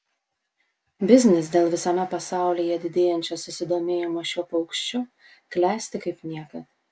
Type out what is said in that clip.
biznis dėl visame pasaulyje didėjančio susidomėjimo šiuo paukščiu klesti kaip niekad